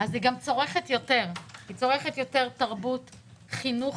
גם צורכת יותר תרבות וחינוך.